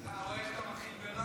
אתה רואה איך אתה מתחיל ברע?